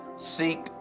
Seek